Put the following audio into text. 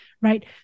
right